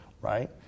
right